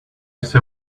say